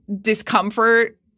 discomfort